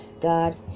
God